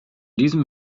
diesem